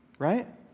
Right